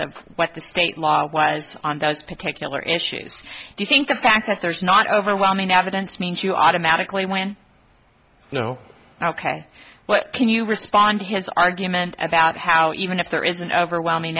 of what the state law was on those particular issues do you think the fact that there's not overwhelming evidence means you automatically when you know ok well can you respond to his argument about how even if there is an overwhelming